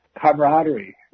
camaraderie